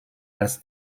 als